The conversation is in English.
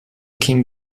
king